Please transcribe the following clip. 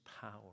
power